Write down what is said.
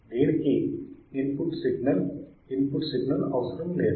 దీనికి input signal input signal అవసరం లేదు